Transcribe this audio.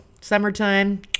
summertime